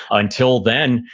until then,